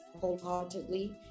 wholeheartedly